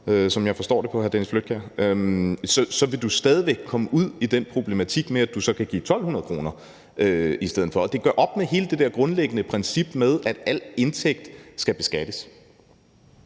som jeg forstår det på hr. Dennis Flydtkjær, vil du stadig væk komme ud i den problematik med, at du så kan give 1.200 kr. i stedet for. Og det gør op med hele det der grundlæggende princip om, at al indtægt skal beskattes.